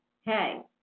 Hey